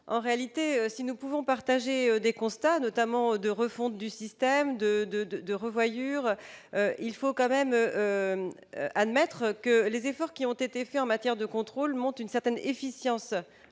en réalité, si nous pouvons partager des constats notamment de refonte du système de, de, de, de revoyure, il faut quand même admettre que les efforts qui ont été faits en matière de contrôle monte une certaine efficience